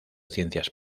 ciencias